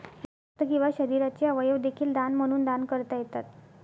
रक्त किंवा शरीराचे अवयव देखील दान म्हणून दान करता येतात